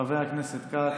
חבר הכנסת כץ,